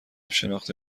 شناخته